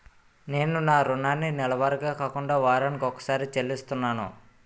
నేను నా రుణాన్ని నెలవారీగా కాకుండా వారాని కొక్కసారి చెల్లిస్తున్నాను